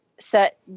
set